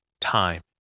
time